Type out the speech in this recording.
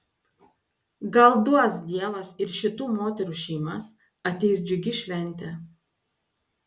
gal duos dievas ir į šitų moterų šeimas ateis džiugi šventė